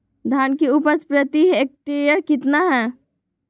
धान की उपज प्रति हेक्टेयर कितना है?